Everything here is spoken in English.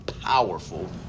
powerful